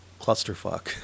clusterfuck